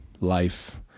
life